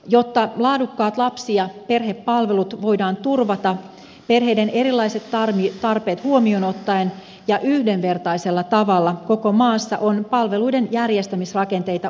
jotta laadukkaat lapsi ja perhepalvelut voidaan turvata perheiden erilaiset tarpeet huomioon ottaen ja yhdenvertaisella tavalla koko maassa on palveluiden järjestämisrakenteita uudistettava ja vahvistettava